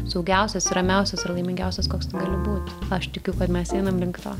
saugiausias ramiausias ir laimingiausias koks tu gali būt aš tikiu kad mes einam link to